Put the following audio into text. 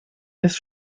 ist